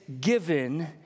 given